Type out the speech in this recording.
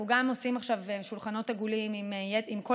אנחנו גם עושים עכשיו שולחנות עגולים עם כל